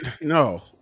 No